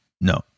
no